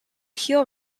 heel